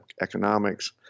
economics